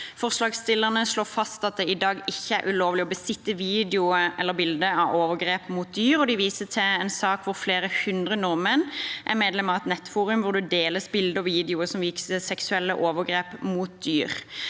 Forslagsstillerne slår fast at det i dag ikke er ulovlig å besitte videoer eller bilder av overgrep mot dyr, og de viser til en sak hvor flere hundre nordmenn er medlem av et nettforum hvor det deles bilder og videoer som viser seksuelle overgrep mot dyr.